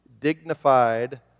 dignified